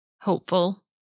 hopeful